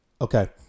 okay